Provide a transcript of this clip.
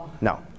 No